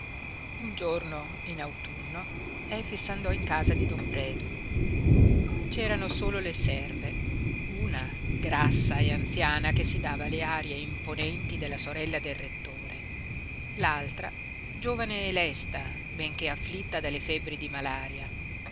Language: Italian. un giorno in autunno efix andò in casa di don predu c'erano solo le serve una grassa e anziana che si dava le arie imponenti della sorella del rettore l'altra giovane e lesta benché afflitta dalle febbri di malaria